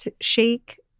shake